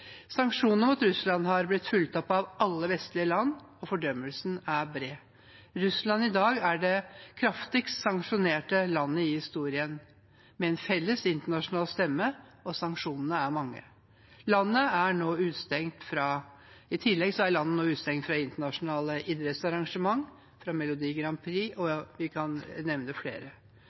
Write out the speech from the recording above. mot Russland har blitt fulgt opp av alle vestlige land, og fordømmelsen er bred. Russland er i dag det landet i historien som med en felles internasjonal stemme er kraftigst sanksjonert, og sanksjonene er mange. I tillegg er landet nå utestengt fra internasjonale idrettsarrangement og fra Melodi Grand Prix, og vi kan nevne flere.